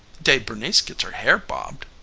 day bernice gets her hair bobbed.